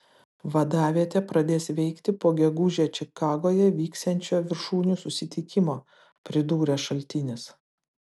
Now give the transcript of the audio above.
vadavietė pradės veikti po gegužę čikagoje vyksiančio viršūnių susitikimo pridūrė šaltinis